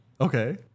Okay